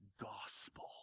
gospel